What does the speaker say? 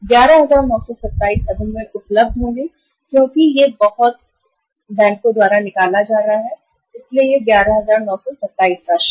11927 अब हमें उपलब्ध होंगे क्योंकि यह बहुत बैंक द्वारा निकाला जा रहा है इसलिए यह 11927 राशि है